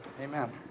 Amen